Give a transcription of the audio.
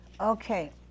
Okay